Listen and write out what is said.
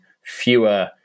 fewer